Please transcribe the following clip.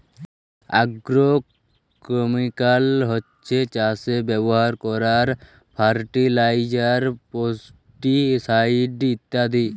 agrochemical হছ্যে চাসে ব্যবহার করারক ফার্টিলাইজার, পেস্টিসাইড ইত্যাদি